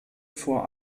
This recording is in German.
vor